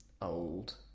old